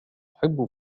أحب